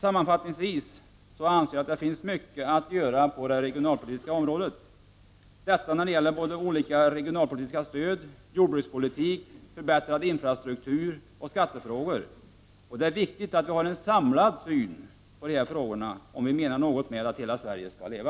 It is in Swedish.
Sammanfattningsvis anser jag att det finns mycket att göra på det regionalpolitiska området, såväl när det gäller olika regionalpolitiska stöd som när det gäller jordbrukspolitik, förbättrad infrastruktur och skattefrågor. Det är viktigt att vi har en samlad syn på dessa saker om vi menar något med att hela Sverige skall leva.